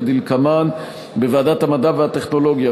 כדלקמן: בוועדת המדע והטכנולוגיה,